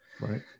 right